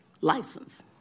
license